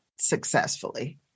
successfully